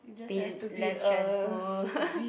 be l~ less stressful